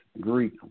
Greek